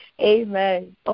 amen